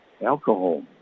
Alcohol